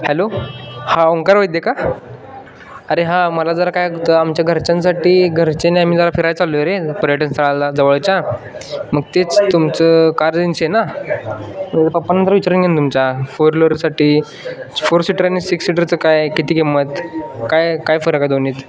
hello हां ओंकार वैद्य का अरे हां मला जरा काय होतं आमच्या घरच्यांसाठी घरच्यांनी आम्ही जरा फिरायला चाललो आहे रे पर्यटनस्थळाला जवळच्या मग तेच तुमचं कार एजन्सी ना पप्पांना तर विचारून घे ना तुमच्या फोर व्हिलरसाठी फोर सीटर आणि सिक्स सीटरचं काय किती किंमत काय काय फरक आहे दोन्हीत